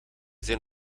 zijn